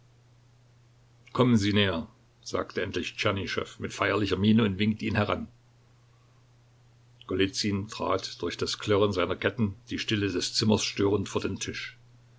kommen sie näher sagte endlich tschernyschow mit feierlicher miene und winkte ihn heran golizyn trat durch das klirren seiner ketten die stille des zimmers störend vor den tisch